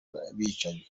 n’abicanyi